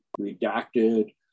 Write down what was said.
redacted